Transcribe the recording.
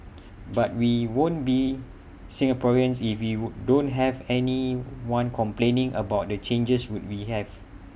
but we won't be Singaporeans if we would don't have anyone complaining about the changes would we have